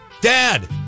Dad